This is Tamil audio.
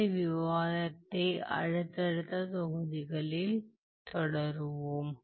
இந்த விவாதத்தை அடுத்தடுத்த தொகுதிகளில் தொடர்வோம்